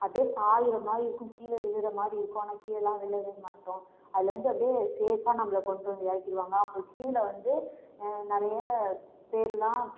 அப்படியே சாயிர மாதிரி இருக்கும் கீழே விழுகிற மாதிரி இருக்கும் ஆன கீழேலாம் விழவே மாட்டோம் அதுலேருந்து அப்படியே சேஃபாக நம்மள கொண்டுட்டு வந்து இறக்கிடுவாங்க அப்போ கீழே வந்து நிறைய பேருலாம்